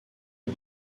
une